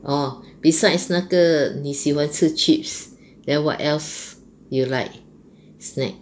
orh besides 那个你喜欢吃 chips then what else you like snack